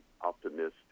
optimistic